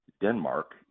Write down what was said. Denmark